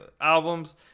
albums